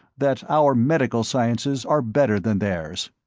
that our medical sciences are better than theirs.